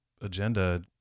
agenda